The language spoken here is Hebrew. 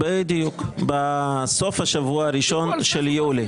בדיוק, בסוף השבוע הראשון של יולי.